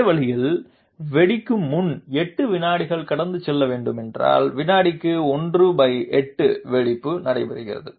அதே வழியில் வெடிக்குமுன் 8 வினாடிகள் கடந்து செல்ல வேண்டும் என்றால் வினாடிக்கு 18 வெடிப்பு நடைபெறுகிறது